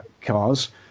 cars